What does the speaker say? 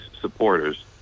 supporters